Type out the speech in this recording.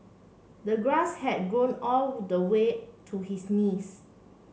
the grass had grown all the way to his knees